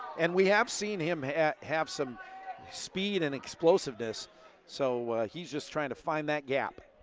and we have seen him have some speed and explosiveness so he just trying to find that gap.